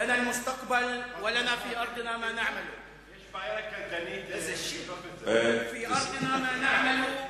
אתם העוברים בינות המלים החולפות/ לנו אין מה שישביע רצונכם פה,